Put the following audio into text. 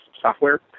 software